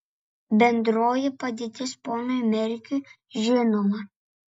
bendroji padėtis ponui merkiui žinoma